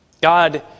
God